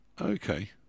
Okay